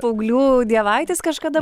paauglių dievaitis kažkada